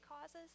causes